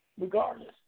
regardless